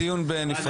זה דיון נפרד.